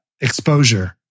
exposure